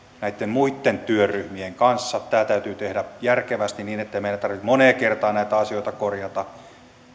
muitten työryhmien kanssa tämä täytyy tehdä järkevästi niin ettei meidän tarvitse moneen kertaan näitä asioita korjata